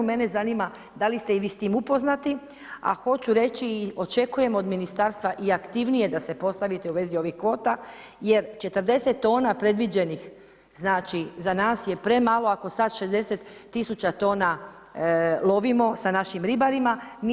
Mene zanima da li ste i vi s tim upoznati, a hoću reći i očekujem od ministarstva i aktivnije da se postavite u vezi ovih kvota jer 40 tona predviđenih, znači za nas je premalo ako sad 60 000 tona lovimo sa našim ribarima.